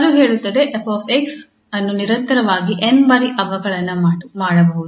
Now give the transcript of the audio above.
ಅದು ಹೇಳುತ್ತದೆ 𝑓 𝑥 ಅನ್ನು ನಿರಂತರವಾಗಿ 𝑛 ಬಾರಿ ಅವಕಲನ ಮಾಡಬಹುದು